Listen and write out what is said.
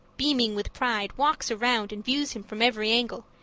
beaming with pride, walks around and views him from every angle,